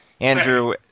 Andrew